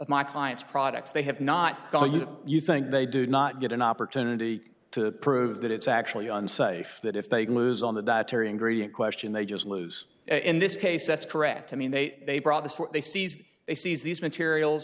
my client's products they have not going to do you think they do not get an opportunity to prove that it's actually unsafe that if they lose on the dietary ingredient question they just lose in this case that's correct i mean they they brought this were they seized they seize these materials